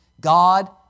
God